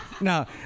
No